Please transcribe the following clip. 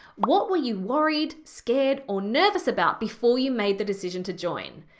what were you worried, scared, or nervous about before you made the decision to join?